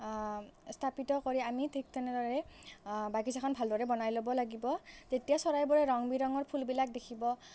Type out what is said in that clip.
স্থাপিত কৰি আমি ঠিক তেনেদৰে বাগিচাখন ভালদৰে বনাই ল'ব লাগিব তেতিয়া চৰাইবোৰে ৰং বিৰঙৰ ফুলবিলাক দেখিব